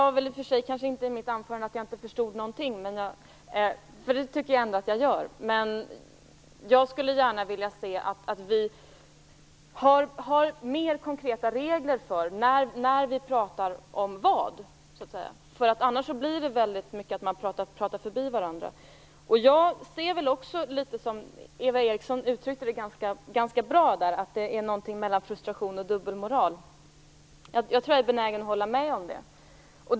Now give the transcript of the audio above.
Jag sade kanske inte i mitt anförande att jag inte förstod någonting, därför att det tycker jag att jag gör. Men jag skulle gärna vilja se att vi har mer konkreta regler för när vi pratar om vad, annars pratar vi mycket förbi varandra. Jag ser också, som Eva Eriksson ganska bra uttryckte det, att miljöfrågorna befinner sig någonstans mellan frustration och dubbelmoral. Jag är benägen att hålla med om det.